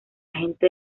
gente